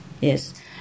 yes